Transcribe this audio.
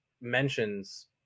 mentions